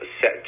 set